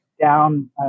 down